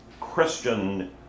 Christian